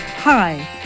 Hi